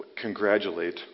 congratulate